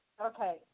Okay